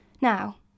Now